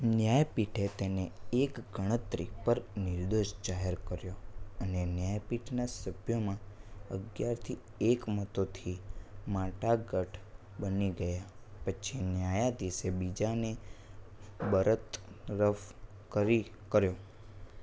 ન્યાયપીઠે તેને એક ગણતરી પર નિર્દોષ જાહેર કર્યો અને ન્યાયપીઠના સભ્યોમાં અગિયારથી એક મતોથી મડાગાંઠ બની ગયા પછી ન્યાયાધીશે બીજાને બરતરફ કર્યો